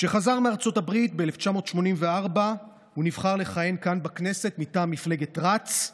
כשחזר מארצות הברית ב-1984 הוא נבחר לכהן כאן בכנסת מטעם מפלגת רצ,